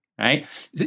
Right